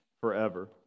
forever